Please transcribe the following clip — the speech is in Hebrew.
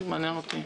מעניין אותי.